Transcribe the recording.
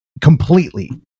completely